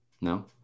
No